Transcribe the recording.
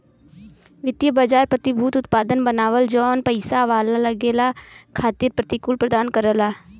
वित्तीय बाजार प्रतिभूति उत्पाद बनावलन जौन पइसा वाला लोगन खातिर प्रतिफल प्रदान करला